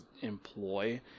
employ